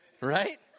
right